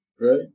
right